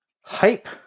hype